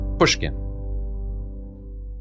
Pushkin